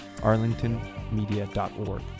arlingtonmedia.org